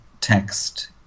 text